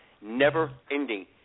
never-ending